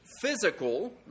physical